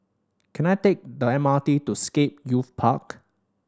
can I take the M R T to Scape Youth Park